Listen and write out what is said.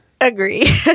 Agree